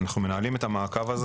אנחנו מנהלים את המעקב הזה.